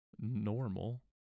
normal